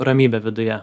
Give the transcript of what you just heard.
ramybe viduje